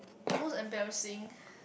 most embarrassing